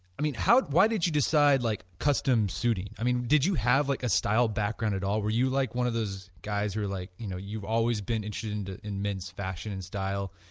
i mean why did you decide like custom suiting, i mean did you have like a style background at all, were you like one of those guys who are like you know, you've always been interested and in men's fashion and style?